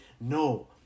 No